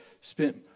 spent